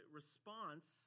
response